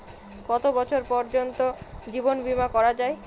কত বছর বয়স পর্জন্ত জীবন বিমা করা য়ায়?